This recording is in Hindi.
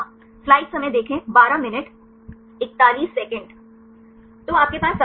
तो आपके पास सवाल हैं